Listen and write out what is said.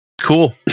Cool